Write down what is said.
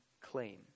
claim